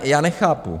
Já nechápu.